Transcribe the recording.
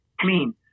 clean